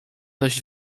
dość